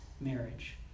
marriage